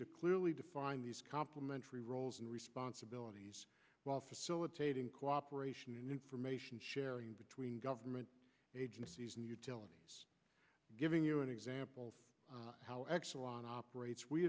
to clearly define these complementary roles and responsibilities while facilitating cooperation and information sharing between government agencies and utilities giving you an example of how exelon operates we